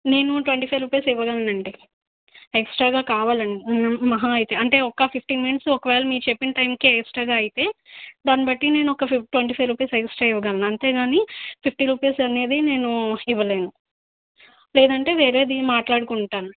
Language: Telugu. నేను ట్వెంటీ ఫైవ్ రుపీస్ ఇవ్వగలనండి ఎక్స్ట్రాగా కావాలం మహా అయితే అంటే ఒక్క ఫిఫ్టీన్ మినిట్స్ ఒకవేళ మీరు చెప్పిన టైంకే ఎక్సట్రాగా అయితే దాన్ని బట్టి నేనొక ట్వెంటీ ఫైవ్ రుపీస్ ఎక్స్ట్రా ఇవ్వగలను అంతే కానీ ఫిఫ్టీ రూపీస్ అనేది నేను ఇవ్వలేను లేదంటే వేరేది మాట్లాడుకుంటాను